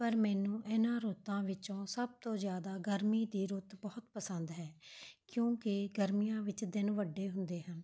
ਪਰ ਮੈਨੂੰ ਇਨ੍ਹਾਂ ਰੁੱਤਾਂ ਵਿੱਚੋਂ ਸਭ ਤੋਂ ਜ਼ਿਆਦਾ ਗਰਮੀ ਦੀ ਰੁੱਤ ਬਹੁਤ ਪਸੰਦ ਹੈ ਕਿਉਂਕਿ ਗਰਮੀਆਂ ਵਿੱਚ ਦਿਨ ਵੱਡੇ ਹੁੰਦੇ ਹਨ